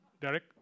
Derek